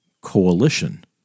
coalition